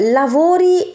lavori